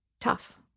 tough